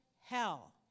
hell